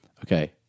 Okay